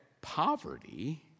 poverty